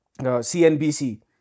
CNBC